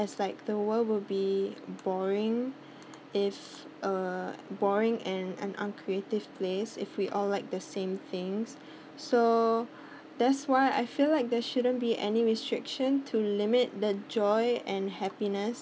it's like the world will be boring if uh boring and an uncreative place if we all like the same things so that's why I feel like there shouldn't be any restriction to limit the joy and happiness